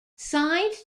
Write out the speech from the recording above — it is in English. signed